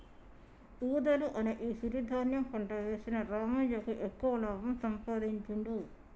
వూదలు అనే ఈ సిరి ధాన్యం పంట వేసిన రామయ్యకు ఎక్కువ లాభం సంపాదించుడు